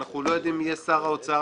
אנחנו לא יודעים מי יהיה שר האוצר,